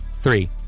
three